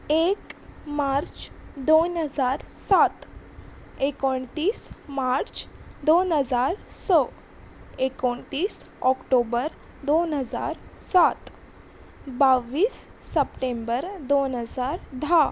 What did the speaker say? एक मार्च दोन हजार सात एकुणतीस मार्च दोन हजार स एकुणतीस ऑक्टोबर दोन हजार सात बाव्वीस सप्टेंबर दोन हजार धा